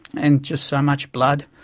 and just so much blood.